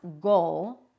goal